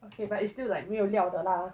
okay but it's still like 没有料的 lah